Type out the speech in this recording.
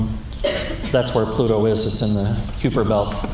that's where pluto is, it's in the kuiper belt.